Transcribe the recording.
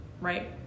right